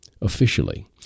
officially